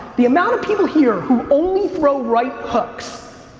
the amount of people here who only throw right hooks,